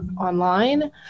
online